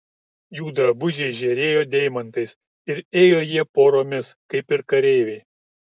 jų drabužiai žėrėjo deimantais ir ėjo jie poromis kaip ir kareiviai